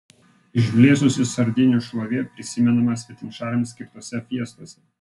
išblėsusi sardinių šlovė prisimenama svetimšaliams skirtose fiestose